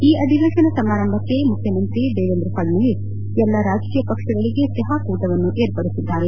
ಈ ಅಧಿವೇಶನ ಸಮಾರಂಭಕ್ಕೆ ಮುಖ್ಚಮಂತ್ರಿ ದೇವೇಂದ್ರ ಪಡ್ನವೀಸ್ ಎಲ್ಲಾ ರಾಜಕೀಯ ಪಕ್ಷಗಳಿಗೆ ಚಹಾಕೂಟವನ್ನು ಏರ್ಪಡಿಸಲಾಗಿದೆ